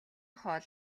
хоол